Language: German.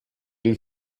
den